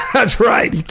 that's right.